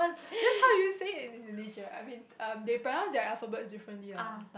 that's how you say it in Indonesia I mean um they pronounce their alphabets differently lah